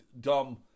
dumb